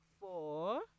four